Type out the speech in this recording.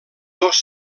dos